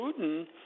Putin